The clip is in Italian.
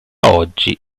oggi